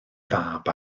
fab